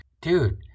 Dude